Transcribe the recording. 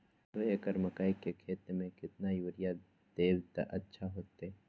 दो एकड़ मकई के खेती म केतना यूरिया देब त अच्छा होतई?